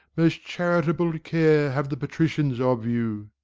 most charitable care have the patricians of you.